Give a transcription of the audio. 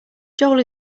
joel